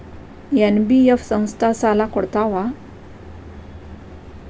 NBF ಸಂಸ್ಥಾ ಸಾಲಾ ಕೊಡ್ತಾವಾ?